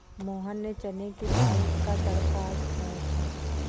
मोहन ने चने की दाल का तड़का आज खाया था